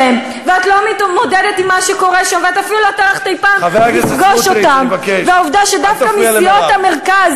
את עמדתך כהוא-זה, וזה בסדר,